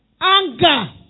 Anger